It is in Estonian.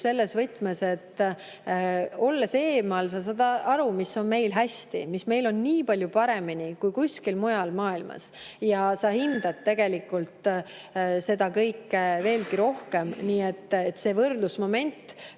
selles võtmes, et olles eemal, sa saad aru, mis meil on hästi, mis meil on palju paremini kui kuskil mujal maailmas. Siis sa hindad tegelikult seda kõike veelgi rohkem. Nii et see võrdlusmoment,